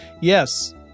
Yes